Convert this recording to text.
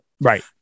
Right